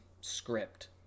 script